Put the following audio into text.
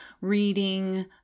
reading